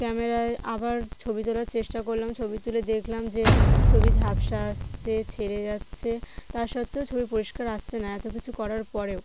ক্যামেরায় আবার ছবি তোলার চেষ্টা করলাম ছবি তুলে দেখলাম যে ছবি ঝাপসা আসছে ছেড়ে যাচ্ছে তা সত্ত্বেও ছবি পরিষ্কার আসছে না এত কিছু করার পরেও